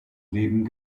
leben